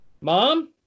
Mom